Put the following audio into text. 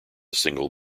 single